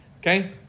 Okay